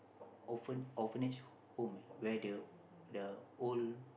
orphan~ orphanage home where the the old